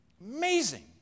Amazing